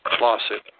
lawsuit